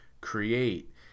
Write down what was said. create